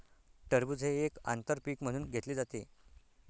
टरबूज हे एक आंतर पीक म्हणून घेतले जाते